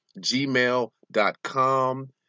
gmail.com